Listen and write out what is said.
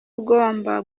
ugomba